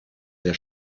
der